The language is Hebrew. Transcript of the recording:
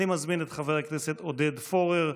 אני מזמין את עודד פורר.